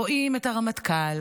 רואים את הרמטכ"ל,